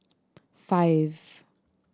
five